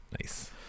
Nice